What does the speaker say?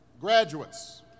graduates